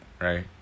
right